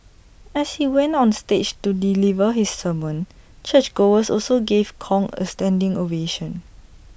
as he went on stage to deliver his sermon churchgoers also gave Kong A standing ovation